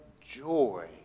joy